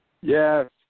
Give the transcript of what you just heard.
Yes